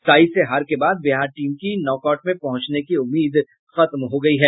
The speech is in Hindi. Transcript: साई से हार के बाद बिहार टीम की नॉकआउट में पहुंचने के उम्मीदें समाप्त हो गयी है